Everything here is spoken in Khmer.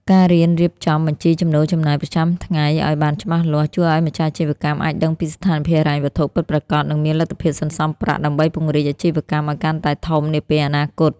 ការរៀនរៀបចំបញ្ជីចំណូលចំណាយប្រចាំថ្ងៃឱ្យបានច្បាស់លាស់ ជួយឱ្យម្ចាស់អាជីវកម្មអាចដឹងពីស្ថានភាពហិរញ្ញវត្ថុពិតប្រាកដ និងមានលទ្ធភាពសន្សំប្រាក់ដើម្បីពង្រីកអាជីវកម្មឱ្យកាន់តែធំនាពេលអនាគត។